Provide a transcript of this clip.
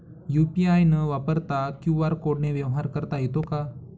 UPI न वापरता QR कोडने व्यवहार करता येतो का?